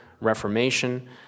reformation